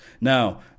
Now